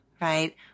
right